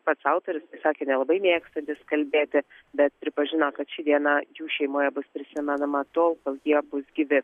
pats autorius sakė nelabai mėgstantis kalbėti bet pripažino kad ši diena jų šeimoje bus prisimenama tol kol jie bus gyvi